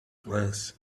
glance